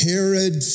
Herod